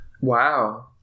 Wow